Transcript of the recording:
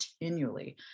continually